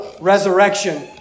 resurrection